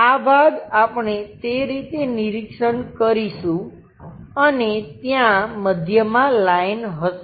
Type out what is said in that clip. આ ભાગ આપણે તે રીતે નિરીક્ષણ કરીશું અને ત્યાં મધ્ય લાઈન હશે